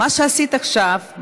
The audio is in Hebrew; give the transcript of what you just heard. מה שעשית עכשיו,